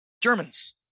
germans